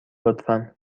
لطفا